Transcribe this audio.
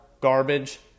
Garbage